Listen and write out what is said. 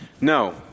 No